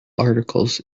articles